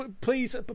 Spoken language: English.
please